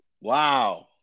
Wow